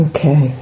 Okay